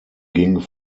ging